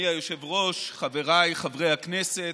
אדוני היושב-ראש, חבריי חברי הכנסת,